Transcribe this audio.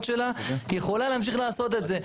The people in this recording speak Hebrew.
שלה היא יכולה להמשיך לעשות את זה.